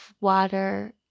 water